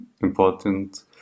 important